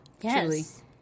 Yes